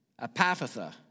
Apaphatha